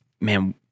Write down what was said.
man